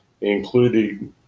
included